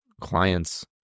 clients